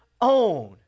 own